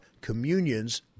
communions